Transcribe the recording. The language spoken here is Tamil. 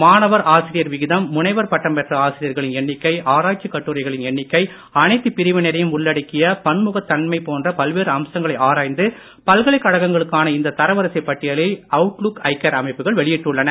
மாணவர் ஆசிரியர் விகிதம் முனைவர் பட்டம் பெற்ற ஆசிரியர்களின் எண்ணிக்கை ஆராய்ச்சிக் கட்டுரைகளின் எண்ணிக்கை அனைத்துப் பிரிவினரையும் உள்ளடக்கிய பன்முகத்தன்மை போன்ற பல்வேறு அம்சங்களை ஆராய்ந்து பல்கலைக்கழகங்களுக்கான தரவரிசைப் பட்டியலை அவுட்லுக் ஐகேர் இந்த அமைப்புகள் வெளியிட்டுள்ளன